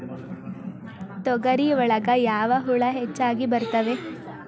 ತೊಗರಿ ಒಳಗ ಯಾವ ಹುಳ ಹೆಚ್ಚಾಗಿ ಬರ್ತವೆ?